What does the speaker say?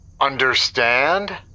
understand